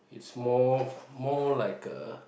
small more like a